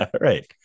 Right